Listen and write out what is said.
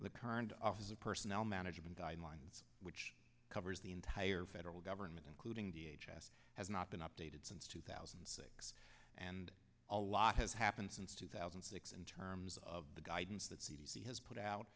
the current office of personnel management guidelines which covers the entire federal government including the h s has not been updated since two thousand and six and a lot has happened since two thousand and six in terms of the guidance that c d c has put out